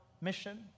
mission